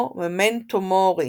או ממנטו מורי